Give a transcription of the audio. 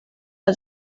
are